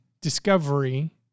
Discovery